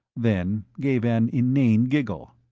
then gave an inane giggle.